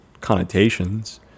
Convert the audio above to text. connotations